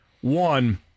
one